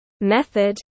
method